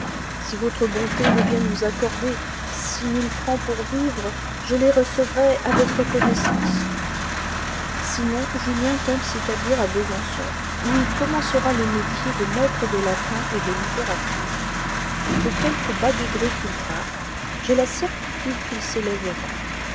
si votre bonté veut bien nous accorder six mille francs pour vivre je les recevrai avec reconnaissance sinon julien compte s'établir à besançon où il commencera le métier de maître de latin et de littérature de quelque bas degré qu'il parte j'ai la certitude qu'il s'élèvera